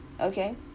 Okay